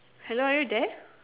hello are you there